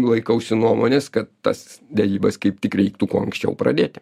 laikausi nuomonės kad tas derybas kaip tik reiktų kuo anksčiau pradėti